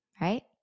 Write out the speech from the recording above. right